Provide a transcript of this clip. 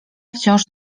wciąż